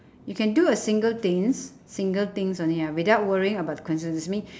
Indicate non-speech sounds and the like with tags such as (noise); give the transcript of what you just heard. you can do a single things single things only ah without worrying about the consequences mean (breath)